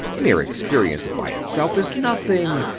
mere experience by itself is nothing.